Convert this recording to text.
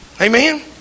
Amen